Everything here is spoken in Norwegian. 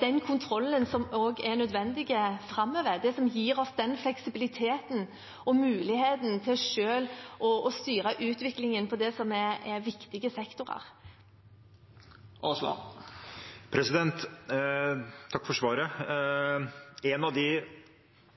den kontrollen som er nødvendig framover, det som gir oss den fleksibiliteten og muligheten til selv å styre utviklingen på det som er viktige sektorer. Takk for svaret. I forlengelsen av det: En av de